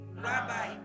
Rabbi